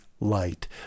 light